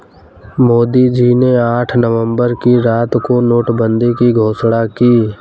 मोदी जी ने आठ नवंबर की रात को नोटबंदी की घोषणा की